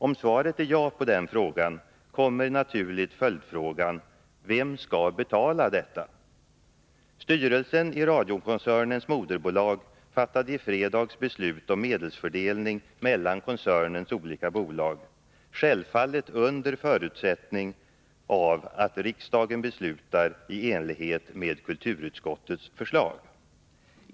Om svaret är ja på den frågan, kommer naturligt följdfrågan: Vem skall betala detta? Styrelsen i radiokoncernens moderbolag fattade i fredags beslut om medelsfördelning mellan koncernens olika bolag, självfallet under förutsättning att riksdagen beslutar i enlighet med kulturutskottets förslag.